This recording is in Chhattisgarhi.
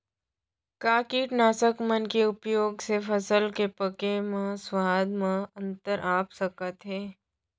का कीटनाशक मन के उपयोग से फसल के पके म स्वाद म अंतर आप सकत हे?